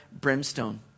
brimstone